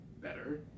better